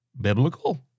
biblical